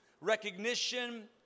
recognition